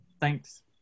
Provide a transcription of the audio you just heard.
Thanks